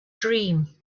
dream